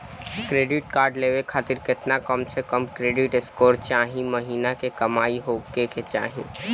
Credit card लेवे खातिर केतना कम से कम क्रेडिट स्कोर चाहे महीना के कमाई होए के चाही?